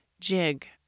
jig